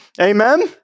Amen